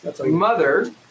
mother